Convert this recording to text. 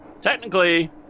Technically